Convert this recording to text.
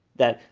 that,